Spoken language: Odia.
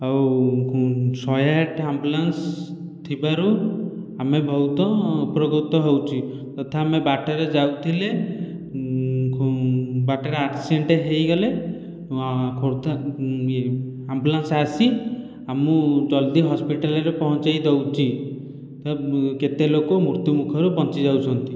ଆଉ ଶହେ ଆଠ ଆମ୍ବୁଲାନ୍ସ ଥିବାରୁ ଆମେ ବହୁତ ଉପକୃତ ହେଉଛି ତଥା ଆମେ ବାଟରେ ଯାଉଥିଲେ ବାଟରେ ଆକ୍ସିଡେଣ୍ଟ ହୋଇଗଲେ ଆମ୍ବୁଲାନ୍ସ ଆସି ଆମକୁ ଜଲ୍ଦି ହସ୍ପିଟାଲରେ ପହଞ୍ଚେଇ ଦେଉଛି ତ କେତେ ଲୋକ ମୃତ୍ୟୁ ମୁଖରୁ ବଞ୍ଚି ଯାଉଛନ୍ତି